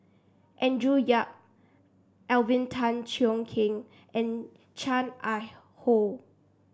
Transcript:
Andrew Yip Alvin Tan Cheong Kheng and Chan Ah Kow